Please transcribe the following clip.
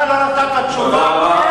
אתה לא נתת תשובה, איך,